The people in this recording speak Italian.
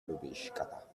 lubiskaja